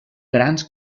grans